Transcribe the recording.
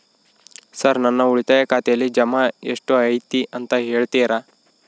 Sir ನನ್ನ ಉಳಿತಾಯ ಖಾತೆಯಲ್ಲಿ ಜಮಾ ಎಷ್ಟು ಐತಿ ಅಂತ ಹೇಳ್ತೇರಾ?